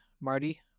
Marty